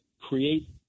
create